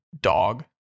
dog